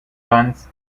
guns